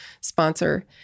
sponsor